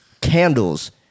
candles